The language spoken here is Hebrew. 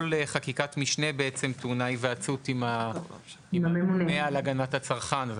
חקיקת משנה טעונה היוועצות עם הממונה על הגנת הצרכן.